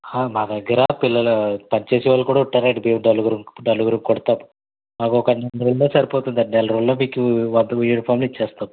మా దగ్గర పిల్లలు పని చేసేవాళ్ళు కూడా ఉంటారండి మెము నలుగురం నలుగురు కుడతారు మాకు మంది సరిపోతుందండి నెల రోజుల్లో మీకు మొత్తం యూనిఫార్మ్లు ఇచ్చేస్తాం